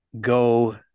go